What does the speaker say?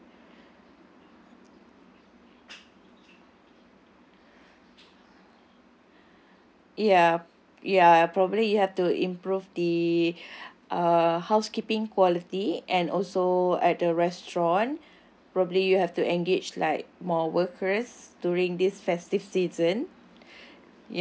ya ya probably you have to improve the uh housekeeping quality and also at the restaurant probably you have to engage like more workers during this festive season